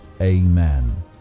Amen